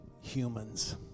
humans